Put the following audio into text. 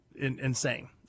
insane